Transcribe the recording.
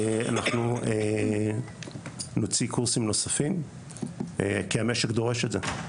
אנחנו נוציא קורסים נוספים כי המשק דורש את זה.